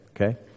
Okay